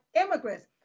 immigrants